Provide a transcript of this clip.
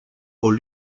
aux